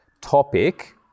topic